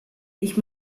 ich